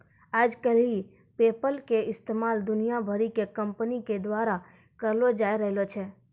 आइ काल्हि पेपल के इस्तेमाल दुनिया भरि के कंपनी के द्वारा करलो जाय रहलो छै